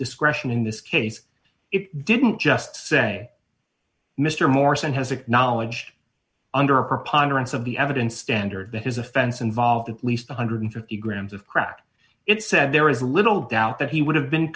discretion in this case it didn't just say mr morrison has acknowledged under a preponderance of the evidence standard that his offense involved at least one hundred and fifty grams of crack it said there is little doubt that he would have been